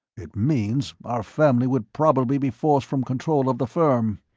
it means our family would probably be forced from control of the firm,